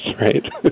right